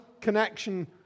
connection